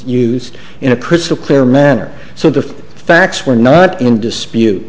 used in a crystal clear manner so the facts were not in dispute